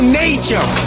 nature